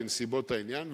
בנסיבות העניין,